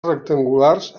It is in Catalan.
rectangulars